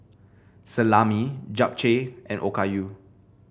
Salami Japchae and Okayu